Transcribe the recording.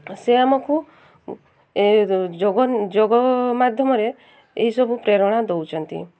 ସେ ଆମକୁ ଯୋଗ ଯୋଗ ମାଧ୍ୟମରେ ଏହିସବୁ ପ୍ରେରଣା ଦଉଚନ୍ତି